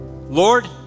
Lord